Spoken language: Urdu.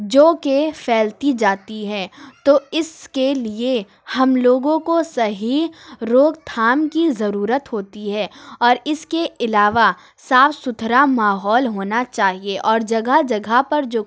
جوکہ پھیلتی جاتی ہے تو اس کے لیے ہم لوگوں کو صحیح روک تھام کی ضرورت ہوتی ہے اور اس کے علاوہ صاف ستھرا ماحول ہونا چاہیے اور جگہ جگہ پر جو